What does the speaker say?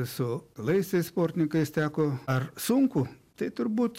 su laisvės sportininkais teko ar sunku tai turbūt